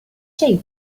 shape